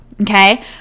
Okay